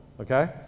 okay